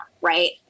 right